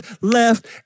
left